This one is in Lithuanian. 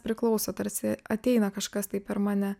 priklauso tarsi ateina kažkas tai per mane